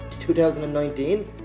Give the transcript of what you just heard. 2019